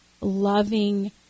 loving